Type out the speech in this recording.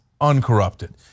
uncorrupted